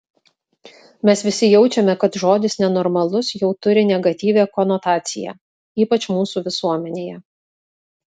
mes visi jaučiame kad žodis nenormalus jau turi negatyvią konotaciją ypač mūsų visuomenėje